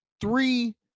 three